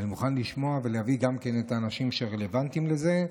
אני מוכן לשמוע ולהביא גם כן את האנשים שרלוונטיים לזה.